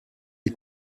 les